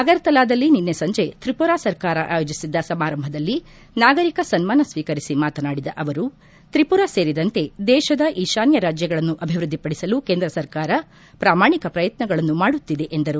ಅಗರ್ತಲಾದಲ್ಲಿ ನಿನ್ನೆ ಸಂಜೆ ತ್ರಿಪುರ ಸರ್ಕಾರ ಆಯೋಜಿಸಿದ್ದ ಸಮಾರಂಭದಲ್ಲಿ ನಾಗರಿಕ ಸನ್ಮಾನ ಸ್ವೀಕರಿಸಿ ಮಾತನಾಡಿದ ಅವರು ತ್ರಿಪುರ ಸೇರಿದಂತೆ ದೇಶದ ಈಶಾನ್ಯ ರಾಜ್ಯಗಳನ್ನು ಅಭಿವ್ವದ್ದಿಪಡಿಸಲು ಕೇಂದ್ರ ಸರ್ಕಾರ ಪ್ರಾಮಾಣಿಕ ಪ್ರಯತ್ತಗಳನ್ನು ಮಾಡುತ್ತಿದೆ ಎಂದರು